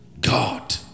God